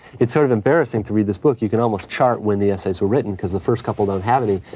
it's sort of embarrassing to read this book. you could almost chart when the essays were written because the first couple don't have any.